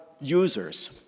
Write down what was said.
users